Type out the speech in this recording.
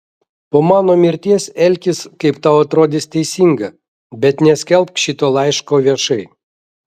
po mano mirties elkis kaip tau atrodys teisinga bet neskelbk šito laiško viešai